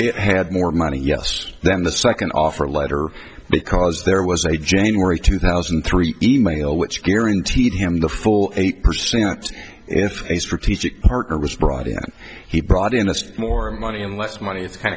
it had more money yes then the second offer letter because there was a january two thousand and three e mail which guaranteed him the full eight percent if a strategic partner was brought in he brought in the more money and less money if it's